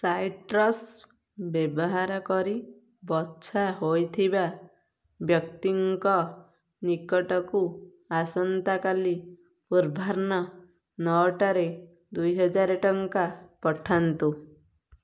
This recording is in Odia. ସାଇଟ୍ରସ୍ ବ୍ୟବହାର କରି ବଛା ହୋଇଥିବା ବ୍ୟକ୍ତିଙ୍କ ନିକଟକୁ ଆସନ୍ତାକାଲି ପୂର୍ବାହ୍ନ ନଅଟାରେ ଦୁଇହଜାର ଟଙ୍କା ପଠାନ୍ତୁ